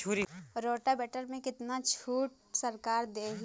Rotavator में कितना छूट सरकार देही?